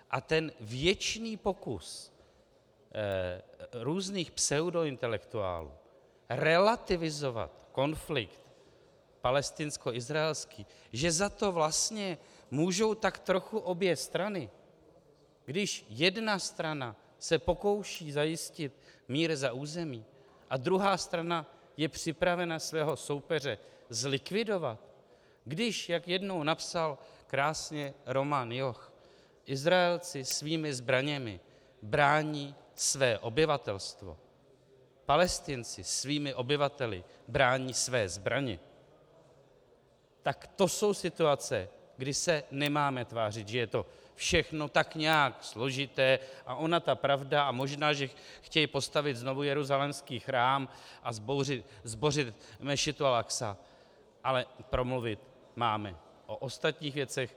A ten věčný pokus různých pseudointelektuálů relativizovat konflikt palestinskoizraelský, že za to vlastně můžou tak trochu obě strany, když jedna strana se pokouší zajistit mír za území a druhá strana je připravena svého soupeře zlikvidovat, když, jak jednou napsal krásně Roman Joch, Izraelci svými zbraněmi brání své obyvatelstvo, Palestinci svými obyvateli brání své zbraně, tak to jsou situace, kdy se nemáme tvářit, že je to všechno tak nějak složité a ona ta pravda... a možná, že chtějí postavit znovu jeruzalémský chrám a zbořit mešitu alAksá, ale promluvit máme o ostatních věcech.